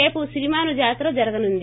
రేపు సిరిమాను జాతర జరగనుంది